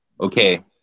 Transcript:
okay